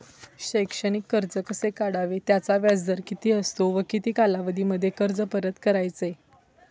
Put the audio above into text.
शैक्षणिक कर्ज कसे काढावे? त्याचा व्याजदर किती असतो व किती कालावधीमध्ये कर्ज परत करायचे?